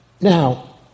Now